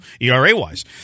ERA-wise